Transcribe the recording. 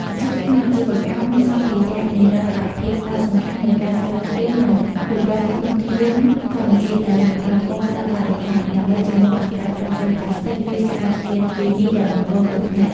អាជីពក្នុងអាជីវកម្មសម្ភារៈនិរន្តរភាពផ្ដោតសំខាន់លើការស្រាវជ្រាវ និងអភិវឌ្ឍន៍ធនធានធម្មជាតិដែលមិនប៉ះពាល់ដល់បរិស្ថាន ដើម្បីជំនួសឱ្យការប្រើប្រាស់ប្លាស្ទិក ឬសារធាតុគីមីដែលបង្កគ្រោះថ្នាក់។